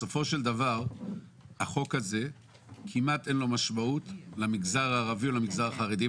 בסופו של דבר החוק הזה כמעט אין לו משמעות למגזר הערבי או למגזר החרדי,